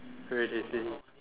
very tasty